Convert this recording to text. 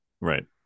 right